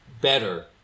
better